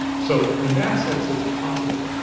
so in that sense it's positive.